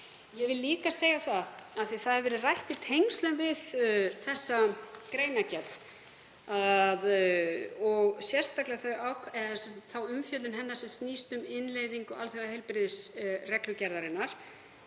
Ég vil líka segja það, af því að það hefur verið rætt í tengslum við þessa greinargerð og sérstaklega umfjöllun hennar um innleiðingu alþjóðaheilbrigðisreglugerðarinnar,